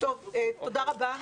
תודה רבה.